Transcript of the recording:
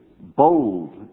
bold